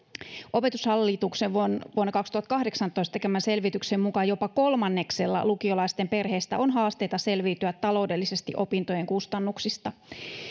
opetushallituksen vuonna vuonna kaksituhattakahdeksantoista tekemän selvityksen mukaan jopa kolmanneksella lukiolaisten perheistä on haasteita selviytyä taloudellisesti opintojen kustannuksista